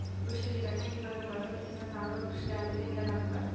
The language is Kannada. ಕೃಷಿಯಲ್ಲಿ ರಾಸಾಯನಿಕಗಳನ್ನು ಬಳಸೊದಕ್ಕಿಂತ ಸಾವಯವ ಕೃಷಿಗೆ ಆದ್ಯತೆ ನೇಡಲಾಗ್ತದ